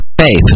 Faith